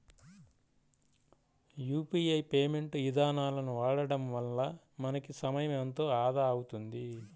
UPI payment ఇదానాలను వాడడం వల్ల మనకి సమయం ఎంతో ఆదా అవుతుంది